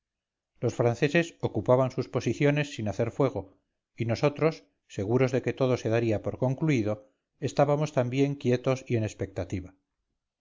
los franceses ocupaban sus posiciones sin hacer fuego y nosotros seguros de que todo se daría por concluido estábamos también quietos y en expectativa